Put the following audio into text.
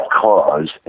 cause